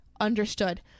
Understood